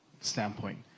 standpoint